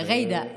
ריידא.